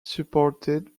supported